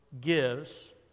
gives